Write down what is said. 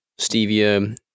stevia